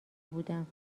بودم